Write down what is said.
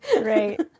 Right